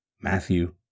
Matthew